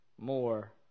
more